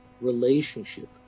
relationship